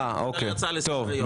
אוקיי, טוב.